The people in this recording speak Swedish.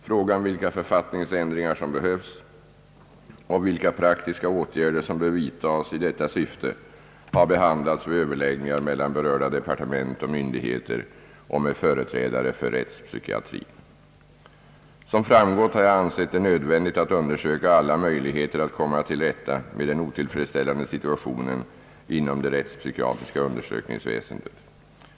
Frågan vilka författningsändringar som behövs och vilka praktiska åtgärder som bör vidtas i detta syfte har behandlats vid överläggningar mellan berörda departement och myndigheter och med företrädare för rättspsykiatrin. Som framgått har jag ansett det nödvändigt att undersöka alla möjligheter att komma till rätta med den otillfredsställande situationen inom det rättspsykiatriska undersökningsväsendet.